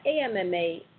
AMMA